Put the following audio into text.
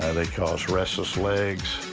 ah they cause restless legs,